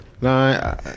no